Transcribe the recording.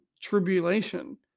tribulation